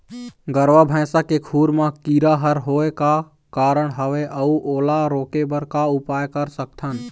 गरवा भैंसा के खुर मा कीरा हर होय का कारण हवए अऊ ओला रोके बर का उपाय कर सकथन?